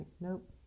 nope